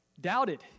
doubted